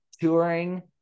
touring